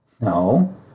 No